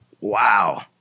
Wow